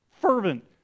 Fervent